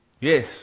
Yes